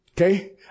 Okay